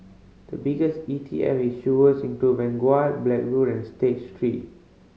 the biggest E T F issuers include Vanguard Blackrock and State Street